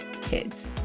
kids